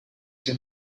your